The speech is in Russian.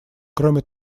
кроме